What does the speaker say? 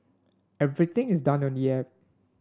everything is done on the app